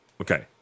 Okay